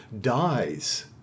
dies